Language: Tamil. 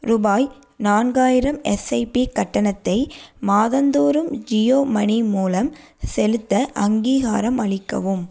ருபாய் நான்காயிரம் எஸ்ஐபி கட்டணத்தை மாதந்தோறும் ஜியோ மனி மூலம் செலுத்த அங்கீகாரம் அளிக்கவும்